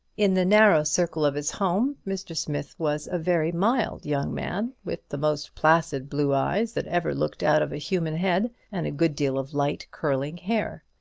in the narrow circle of his home mr. smith was a very mild young man, with the most placid blue eyes that ever looked out of a human head, and a good deal of light curling hair.